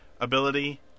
ability